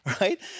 Right